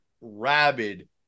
rabid